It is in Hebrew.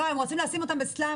לא, הם רוצים לשים אותם בסלאמים.